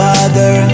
Father